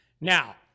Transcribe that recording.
Now